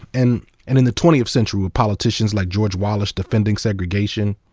and and in the twentieth century with politicians like george wallace, defending segregation.